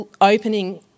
opening